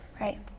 right